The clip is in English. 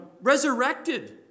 resurrected